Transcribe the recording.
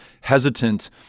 hesitant